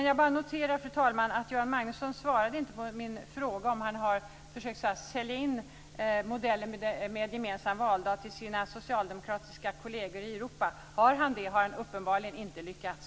Jag noterar att Göran Magnusson inte svarade på min fråga om han så att säga har försökt att sälja in modellen med gemensam valdag till sina socialdemokratiska kolleger i Europa. Om han har gjort det har han uppenbarligen inte lyckats.